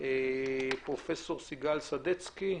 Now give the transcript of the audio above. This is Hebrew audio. פרופסור סיגל סדצקי,